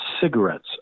cigarettes